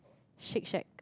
Shake-Shack